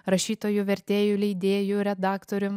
rašytoju vertėju leidėju redaktorium